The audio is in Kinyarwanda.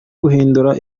guhindura